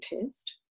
test